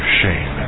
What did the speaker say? shame